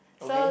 okay